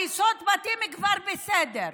הריסות בתים, כבר בסדר,